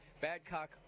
Badcock